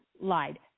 lied